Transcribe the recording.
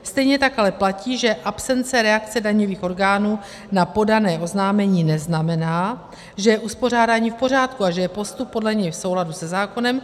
Stejně tak ale platí, že absence reakce daňových orgánů na podané oznámení neznamená, že uspořádání je v pořádku a že je postup podle něj v souladu se zákonem;